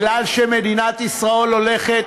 מכיוון שמדינת ישראל הולכת